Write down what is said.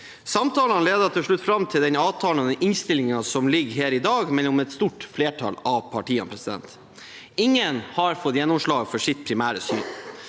Samtalene ledet til slutt fram til den avtalen og innstillingen som ligger her i dag – mellom et stort flertall av partiene. Ingen har fått gjennomslag for sitt primære syn.